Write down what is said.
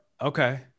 okay